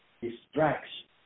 distraction